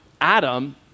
Adam